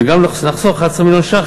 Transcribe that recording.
וגם לחסוך 11 מיליון ש"ח,